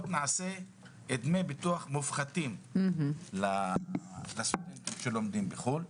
נעשה דמי ביטוח מופחתים לסטודנטים שלומדים בחו"ל.